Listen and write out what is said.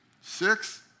six